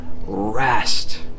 rest